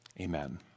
Amen